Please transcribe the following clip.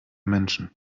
menschen